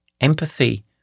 empathy